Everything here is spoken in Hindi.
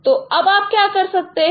तो अब आप क्या कर सकते हैं